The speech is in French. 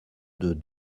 deux